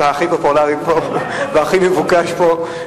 אתה הכי פופולרי פה והכי מבוקש פה,